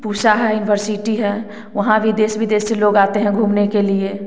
पूसा है यूनिवर्सिटी है वहाँ भी देश विदेश से लोग आते हैं घूमने के लिए